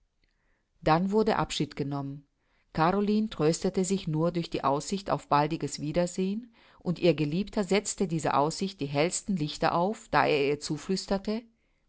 dann wurde abschied genommen caroline tröstete sich nur durch die aussicht auf baldiges wiedersehen und ihr geliebter setzte dieser aussicht die hellsten lichter auf da er ihr zuflüsterte